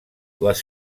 les